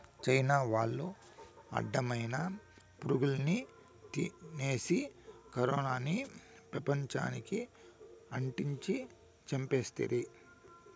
China వాళ్లు అడ్డమైన పురుగుల్ని తినేసి కరోనాని పెపంచానికి అంటించి చంపేస్తిరి